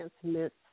transmits